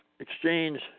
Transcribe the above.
Exchange